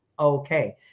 Okay